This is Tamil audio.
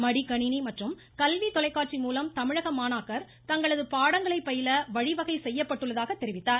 மடிகணினி மற்றும் கல்வி தொலைக்காட்சி மூலம் தமிழக மாணாக்கர் தங்களது பாடங்களை பயில வழிவகை செய்யப்பட்டுள்ளதாக அவர் தெரிவித்தார்